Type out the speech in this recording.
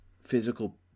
physical